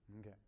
Okay